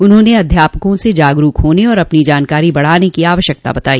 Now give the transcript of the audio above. उन्होंने अध्यापकों से जागरूक होने तथा अपनी जानकारी बढ़ाने की आवश्यकता बताई